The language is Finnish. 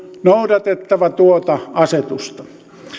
noudatettava tuota asetusta